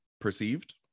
perceived